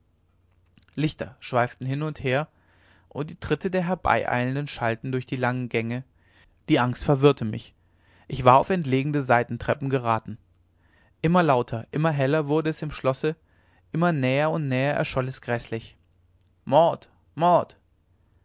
lichter schweiften hin und her und die tritte der herbeieilenden schallten durch die langen gänge die angst verwirrte mich ich war auf entlegene seitentreppen geraten immer lauter immer heller wurde es im schlosse immer näher und näher erscholl es gräßlich mord mord